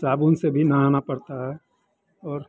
साबुन से भी नहाना पड़ता है और